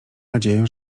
nadzieję